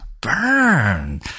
burn